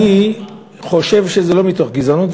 אני חושב שזה לא מתוך גזענות,